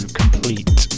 complete